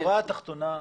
בשורה התחתונה,